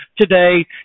today